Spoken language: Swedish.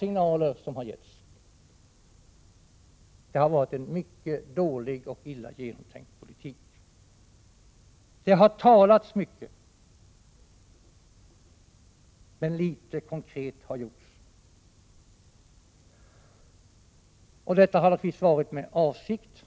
Det har varit en mycket dålig 10 december 1987 och illa genomtänkt politik. ga ERA NE Mycket har talats, men litet har konkret gjorts, och detta har varit med avsikt.